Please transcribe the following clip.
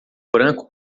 branco